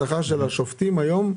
השכר של השופטים היום,